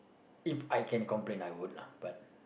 If I can complain I would lah but